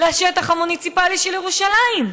לשטח המוניציפלי של ירושלים?